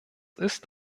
ist